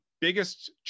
biggest